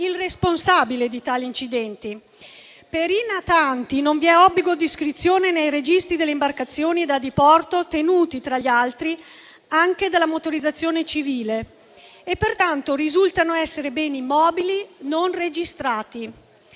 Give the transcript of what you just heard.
il responsabile di tali incidenti? Per i natanti non vi è obbligo di iscrizione nei registri delle imbarcazioni da diporto, tenuti tra gli altri anche dalla motorizzazione civile. Pertanto, risultano essere beni mobili non registrati.